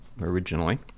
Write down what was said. originally